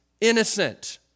innocent